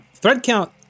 ThreadCount